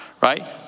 right